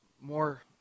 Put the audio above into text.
more